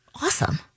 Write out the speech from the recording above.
Awesome